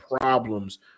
problems